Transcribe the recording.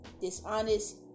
dishonest